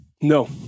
No